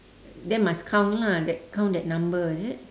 then must count lah that count that number is it